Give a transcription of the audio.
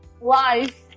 Life